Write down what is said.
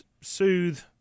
soothe